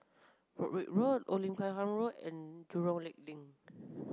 Broadrick Road Old Lim Chu Kang Road and Jurong Lake Link